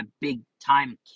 big-time